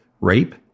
rape